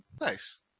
Nice